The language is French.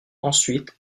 ensuite